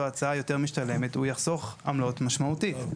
הצעה יותר משתלמת הוא יחסוך עמלות משמעותית.